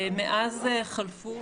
מאז חלפו